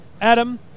Adam